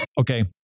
Okay